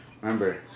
remember